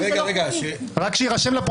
9 נמנעים,